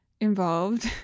involved